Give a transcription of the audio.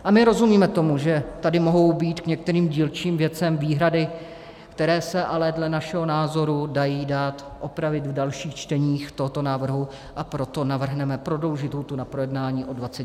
A my rozumíme tomu, že tady mohou být k některým dílčím věcem výhrady, které se ale dle našeho názoru dají dát opravit v dalších čteních tohoto návrhu, a proto navrhneme prodloužit lhůtu na projednání o 20 dní.